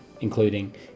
including